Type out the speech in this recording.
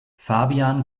fabian